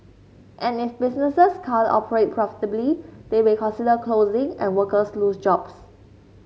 and if businesses can't operate profitably they may consider closing and workers lose jobs